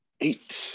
eight